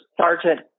Sergeant